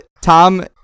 Tom